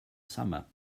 summer